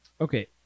Okay